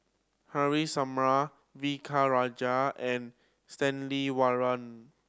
Haresh Sharma V K Rajah and Stanley Warren